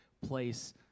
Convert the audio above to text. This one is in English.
place